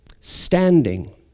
Standing